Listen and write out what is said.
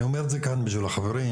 אני אומר את זה כאן בשביל החברים,